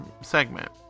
segment